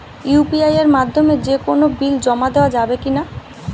UPI এর মাধ্যমে যে কোনো বিল জমা দেওয়া যাবে কি না?